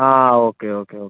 ആ okay okay okay